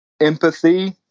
empathy